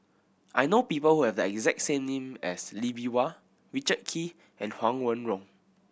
I know people who have the exact as Lee Bee Wah Richard Kee and Huang Wenhong